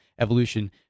evolution